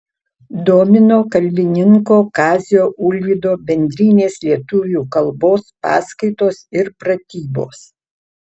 domino kalbininko kazio ulvydo bendrinės lietuvių kalbos paskaitos ir pratybos